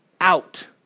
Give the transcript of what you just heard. Out